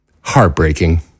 Heartbreaking